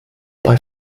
bei